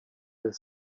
their